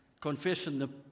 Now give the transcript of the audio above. confession